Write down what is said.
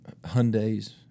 Hyundais